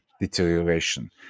deterioration